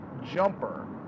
Jumper